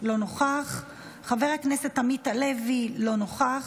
אינו נוכח, חבר הכנסת עמית הלוי, אינו נוכח,